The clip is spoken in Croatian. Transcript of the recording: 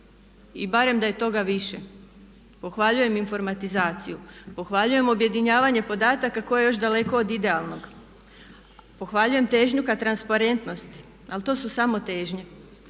i barem da je toga više. Pohvaljujem informatizaciju, pohvaljujem objedinjavanje podataka koje je još daleko od idealnog, pohvaljujem težnju ka transparentnosti, ali to su samo težnje.